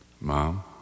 Mom